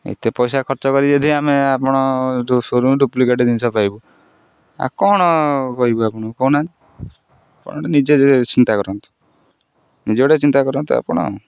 ଏତେ ପଇସା ଖର୍ଚ୍ଚ କର ଯଦି ଆମେ ଆପଣ ଯ ସୋରୁମ୍ ଡୁପ୍ଲିକେଟ୍ ଜିନିଷ ପାଇବୁ ଆଉ କ'ଣ କହିବୁ ଆପଣ କହୁନାହାନ୍ତି ଆପଣ ଟିକେ ନିଜେ ଚିନ୍ତା କରନ୍ତୁ ନିଜେ ଗୋଟେ ଚିନ୍ତା କରନ୍ତୁ ଆପଣ